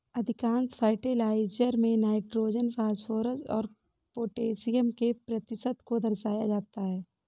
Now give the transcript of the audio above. अधिकांश फर्टिलाइजर में nitrogen, phosphorus और पौटेशियम के प्रतिशत को दर्शाया जाता है